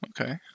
Okay